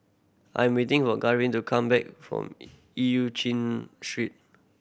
I'm waiting for Garvin to come back from Eu Chin Street